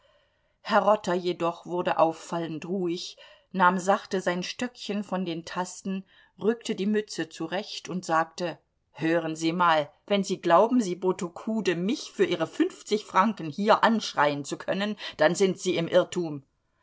herr rotter jedoch wurde auffallend ruhig nahm sachte sein stöckchen von den tasten rückte die mütze zurecht und sagte hören sie mal wenn sie glauben sie botokude mich für ihre fünfzig franken hier anschreien zu können dann sind sie im irrtum